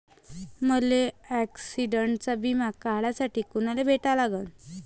मले ॲक्सिडंटचा बिमा काढासाठी कुनाले भेटा लागन?